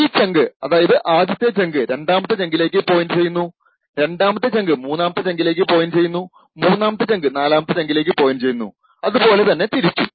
ഈ ചങ്ക് ആദ്യത്തെ ചങ്ക് രണ്ടാമത്തെ ചങ്കിലേക്ക് പോയിന്റ് ചെയ്യുന്നു രണ്ടാമത്തെ ചങ്ക് മൂന്നാമത്തെ ചങ്കിലേക്ക് പോയിന്റ് ചെയ്യുന്നു മൂന്നാമത്തെചങ്ക് നാലാമത്തെ ചങ്കിലേക്ക് പോയിന്റ് ചെയ്യുന്നു അതുപോലെ തന്നെ തിരിച്ചും